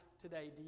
today